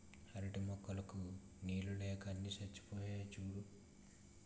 పెరటి మొక్కలకు నీళ్ళు లేక అన్నీ చచ్చిపోయాయి సూడూ